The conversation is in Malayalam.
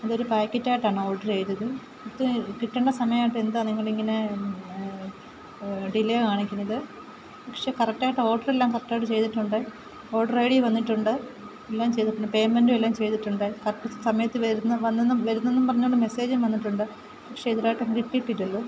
അത് ഒരു പായ്ക്കറ്റ് ആയിട്ടാണ് ഓർഡർ ചെയ്തത് ഇത് കിട്ടേണ്ട സമയം ആയപ്പോൾ എന്താണ് നിങ്ങൾ ഇങ്ങനെ ഡിലെ കാണിക്കുന്നത് പക്ഷെ കറക്റ്റ് ആയിട്ട് ഓഡർ എല്ലാം കറക്റ്റായിട്ട് ചെയ്തിട്ടുണ്ട് ഓഡറ് ഐ ഡി വന്നിട്ടുണ്ട് എല്ലാം ചെയ്തിട്ടുണ്ട് പേയ്മെൻ്റും എല്ലാം ചെയ്തിട്ടുണ്ട് കറക്റ്റ് സമയത്ത് വരുമെന്ന് വന്നെന്നും വരുന്നെന്നും പറഞ്ഞു കൊണ്ട് മെസ്സേജും വന്നിട്ടുണ്ട് പക്ഷെ ഇതുവരെ ആയിട്ടും കിട്ടിയിട്ടില്ലല്ലോ